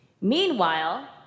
Meanwhile